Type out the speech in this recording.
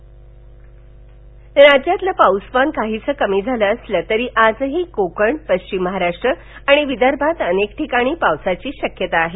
हवामान राज्यातलं पाउसमान काहीसं कमी झालं असलं तरी आजही कोकण पश्चिम महाराष्ट्र आणि विदर्भात अनेक ठिकाणी पावसाची शक्यता आहे